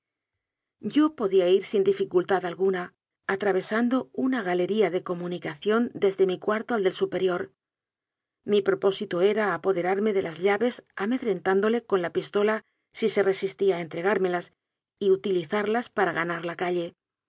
yo podía ir sin dificultad al guna atravesando una galería de comunicación desde mi cuarto al del superior mi propósito era apoderarme de las llaves amedrentándole con la pistola si se resistía a entregármelas y utilizar las para ganar la calle